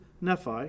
Nephi